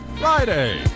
Friday